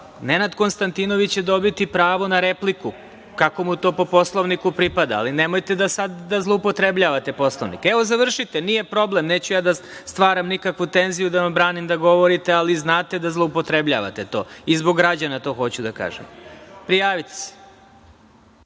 Nenad Konstantinović će dobiti pravo na repliku, kako mu to po Poslovniku pripada, ali nemojte sad da zloupotrebljavate Poslovnik. Evo, završite, nije problem. Neću ja da stvaram nikakvu tenziju, da vam branim da govorite, ali znate da zloupotrebljavate to, i zbog građana to hoću da kažem. Prijavite se.